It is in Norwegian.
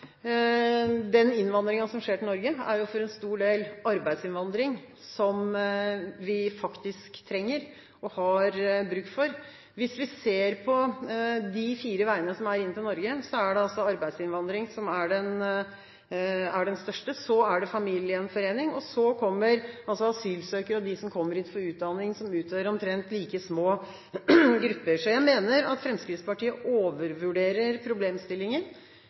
den innvandringen som skjer til Norge, for en stor del er arbeidsinnvandring, som vi faktisk trenger og har bruk for. Hvis vi ser på de fire veiene som er inn til Norge, er det arbeidsinnvandring som er den største, og så er det familiegjenforening – og så kommer asylsøkere og de som kommer hit for utdanning, som utgjør omtrent like små grupper. Så jeg mener at Fremskrittspartiet overvurderer problemstillingen.